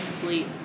sleep